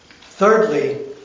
Thirdly